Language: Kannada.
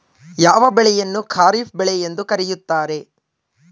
ಯಾವ ಬೆಳೆಯನ್ನು ಖಾರಿಫ್ ಬೆಳೆ ಎಂದು ಕರೆಯುತ್ತಾರೆ?